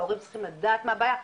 ההורים צריכים לדעת מה הבעיה.